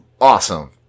awesome